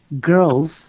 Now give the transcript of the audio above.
girls